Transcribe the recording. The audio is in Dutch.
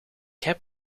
heb